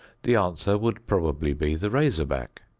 the answer would probably be the razor-back.